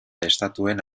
estatuen